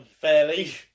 fairly